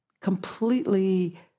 completely